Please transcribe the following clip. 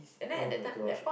[oh]-my-gosh